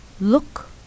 look